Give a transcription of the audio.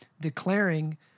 declaring